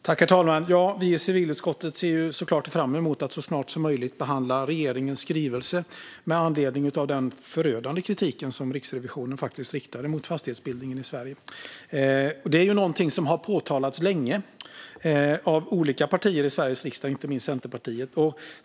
Herr talman! Vi i civilutskottet ser såklart fram emot att så snart som möjligt behandla regeringens skrivelse med anledning av den förödande kritik som Riksrevisionen riktade mot fastighetsbildningen i Sverige. Detta är ju någonting som har påtalats länge av olika partier i Sveriges riksdag, inte minst Centerpartiet.